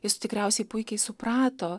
jis tikriausiai puikiai suprato